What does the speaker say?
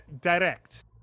direct